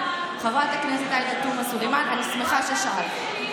חברת הכנסת עאידה תומא סלימאן, אני שמחה ששאלת.